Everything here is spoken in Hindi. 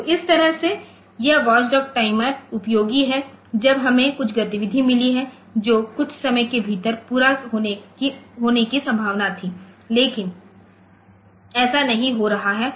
तो इस तरह से यह वॉचडॉग टाइमर उपयोगी है जब हमें कुछ गतिविधि मिली है जो कुछ समय के भीतर पूरा होने की संभावना थी लेकिन ऐसा नहीं हो रहा है